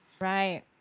Right